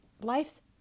life's